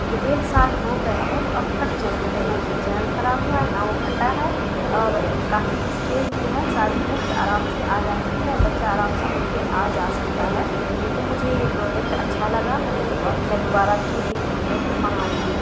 جو ایک سال ہو گئے ہیں وہ اب تک چل رہا ہے نہ اس کا چین خراب ہوا نہ وہ پھٹا ہے اور کافی اسپیس بھی ہے ساری بکس آرام سے آ جاتی ہیں اور بچہ آرام سے لے کے آ جا سکتا ہے تو مجھے یہ پروڈکٹ اچھا لگا اور میں دوبارہ بھی یہی پروڈکٹ منگاؤں گی